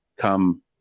come